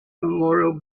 memorial